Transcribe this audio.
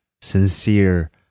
sincere